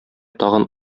тагын